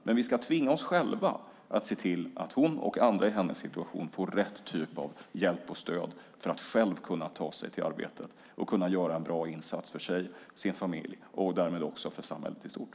Men vi ska tvinga oss själva att se till att hon och andra i hennes situation får rätt hjälp och stöd för att själva kunna ta sig till arbetet och kunna göra en bra insats för sig och sin familj och därmed också för samhället i stort.